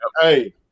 Hey